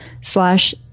slash